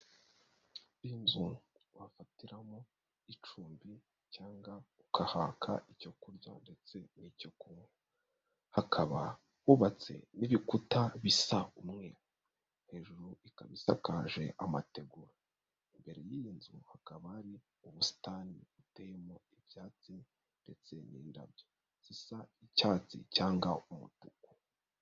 Inzu wafatiramo icumbi cyangwa ukahaka icyo kurya ndetse n'icyo kunywa. Hakaba hubatse n'ibikuta bisa umweru. Hejuru ikaba isakaje amategura. Imbere y'iyi nzu hakaba hari ubusitani buteyemo ibyatsi ndetse n'indabyo zisa icyatsi cyanga umutuku.